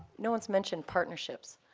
no one's mentioned partnerships.